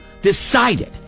decided